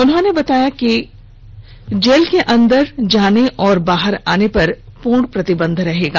उन्होंने बताया कि जेल के अंदर जाने और बाहर आने पर पूर्ण प्रतिबंध रहेगा